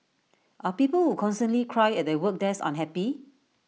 are people who constantly cry at their work desk unhappy